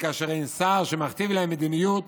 וכאשר אין שר שמכתיב להם מדיניות,